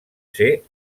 ser